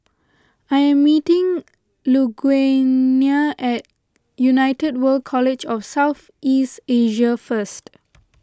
I am meeting Lugenia at United World College of South East Asia first